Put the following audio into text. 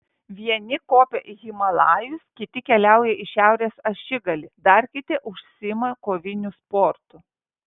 vieni kopia į himalajus kiti keliauja į šiaurės ašigalį dar kiti užsiima koviniu sportu